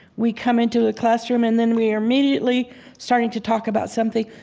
we come into a classroom, and then we are immediately starting to talk about something.